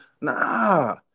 nah